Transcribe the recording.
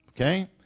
Okay